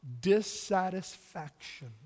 dissatisfaction